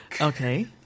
Okay